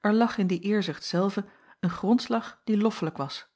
er lag in die eerzucht zelve een grondslag die loffelijk was